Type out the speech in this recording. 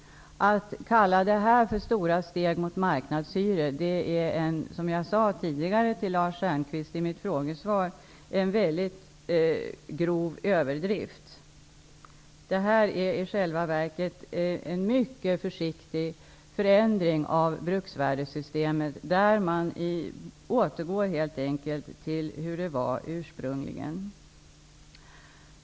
Att kalla detta för att ta stora steg mot marknadshyror är, som jag tidigare sade till Lars Stjernkvist i mitt frågesvar, en grov överdrift. Detta är i själva verket en mycket försiktig förändring av bruksvärdessystemet. Man återgår helt enkelt till hur det ursprungligen var.